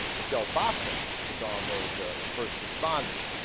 michelle bachman is on those ah. first responders